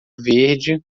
verde